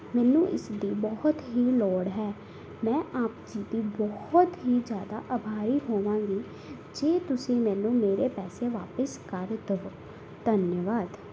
ਮੈਨੂੰ ਇਸਦੀ ਬਹੁਤ ਹੀ ਲੋੜ ਹੈ ਮੈਂ ਆਪ ਜੀ ਦੀ ਬਹੁਤ ਹੀ ਜ਼ਿਆਦਾ ਅਭਾਰੀ ਹੋਵਾਂਗੀ ਜੇ ਤੁਸੀਂ ਮੈਨੂੰ ਮੇਰੇ ਪੈਸੇ ਵਾਪਸ ਕਰ ਦਿਉ ਧੰਨਵਾਦ